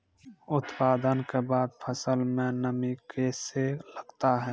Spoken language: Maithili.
उत्पादन के बाद फसल मे नमी कैसे लगता हैं?